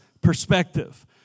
perspective